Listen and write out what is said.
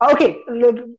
Okay